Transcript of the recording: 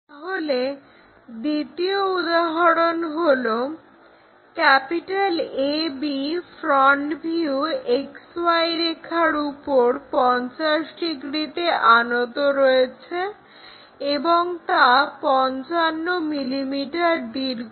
তাহলে দ্বিতীয় উদাহরণ হলো AB ফ্রন্ট ভিউ XY রেখার উপর 50 ডিগ্রিতে আনত রয়েছে এবং তা 55 mm দীর্ঘ